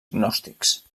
gnòstics